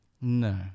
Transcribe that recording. no